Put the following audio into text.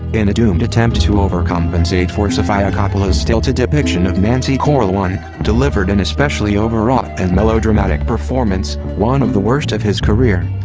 in a doomed attempt to over-compensate for sofia coppola's stilted depiction of nancy corleone, delivered an especially overwrought and melodramatic performance, one of the worst of his career.